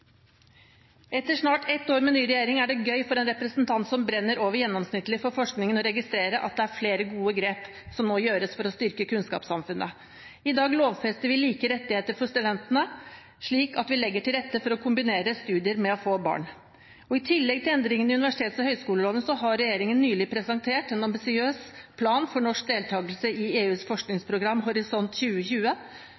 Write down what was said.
Etter snart ett år med ny regjering er det gøy for en representant som brenner over gjennomsnittlig for forskning, å registrere at det er flere gode grep som nå gjøres for å styrke kunnskapssamfunnet. I dag lovfester vi like rettigheter for studenter, slik at vi legger til rette for å kombinere studier med å få barn. I tillegg til endringene i universitets- og høyskoleloven har regjeringen nylig presentert en ambisiøs plan for norsk deltakelse i EUs